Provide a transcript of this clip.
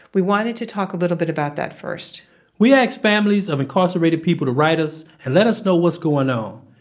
we wanted to talk a little bit about that first we asked families of incarcerated people to write us and let us know what's going on,